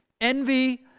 envy